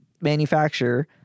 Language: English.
manufacturer